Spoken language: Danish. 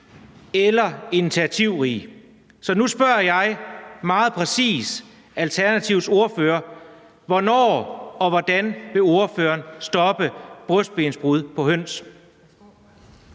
eller initiativrig. Så nu spørger jeg meget præcist Alternativets ordfører: Hvornår og hvordan vil ordføreren stoppe brystbensbrud på høns?